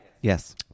Yes